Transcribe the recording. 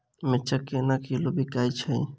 मिर्चा केना किलो बिकइ छैय?